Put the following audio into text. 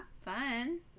Fun